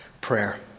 prayer